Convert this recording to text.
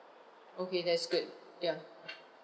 okay that's good yeah